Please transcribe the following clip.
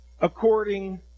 according